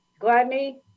Gladney